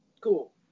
Cool